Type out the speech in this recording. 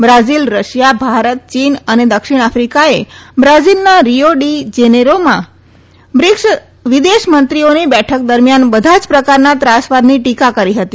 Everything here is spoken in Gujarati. બ્રાઝીલ રશિયા ભારત ચીન અને દક્ષિણ આફિકાએ બ્રાઝીલના રીયો ડી જેનેરીયોમાં બ્રિકસ વિદેશ મંત્રીઓની બેઠક દરમ્યાન બધા જ પ્રકારના ત્રાસવાદની ટીકા કરી હતી